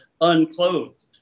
unclothed